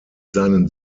seinen